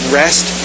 rest